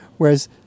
Whereas